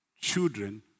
children